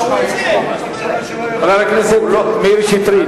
חבר הכנסת מאיר שטרית,